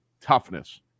toughness